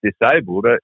disabled